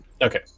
Okay